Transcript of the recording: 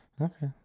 Okay